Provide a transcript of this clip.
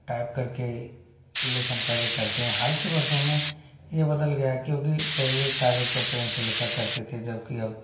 type करके लेखन कार्य करते हैं हाल के वर्षों में ये बदल गया क्योंकि पहले कागज़ पर पेन से लिखा करते थे जबकि अब